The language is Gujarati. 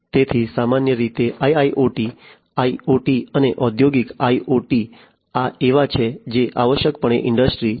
તેથી સામાન્ય રીતે IIoT IoT અને ઔદ્યોગિક IoT આ એવા છે જે આવશ્યકપણે ઇન્ડસ્ટ્રી 4